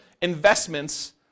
investments